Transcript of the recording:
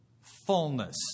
fullness